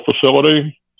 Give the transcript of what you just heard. facility